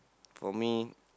for me